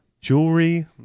jewelry